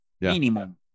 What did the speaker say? minimum